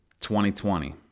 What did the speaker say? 2020